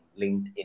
linkedin